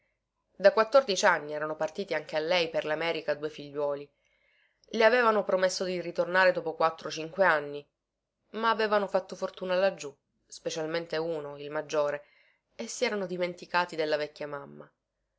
da quattordici anni erano partiti anche a lei per lamerica due figliuoli le avevano promesso di ritornare dopo quattro o cinque anni ma avevano fatto fortuna laggiù specialmente uno il maggiore e si erano dimenticati della vecchia mamma